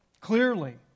Clearly